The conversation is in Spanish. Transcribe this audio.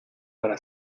para